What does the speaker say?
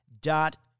dot